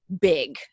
big